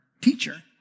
teacher